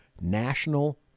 national